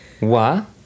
Wa